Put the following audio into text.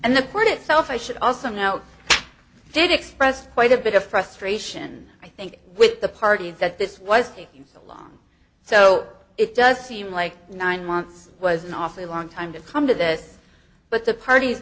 and the port itself i should also note did express quite a bit of frustration i think with the party that this was taking so it does seem like nine months was an awfully long time to come to this but the parties